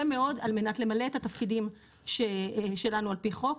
מאוד על מנת למלא את התפקידים שלנו על פי חוק,